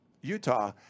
Utah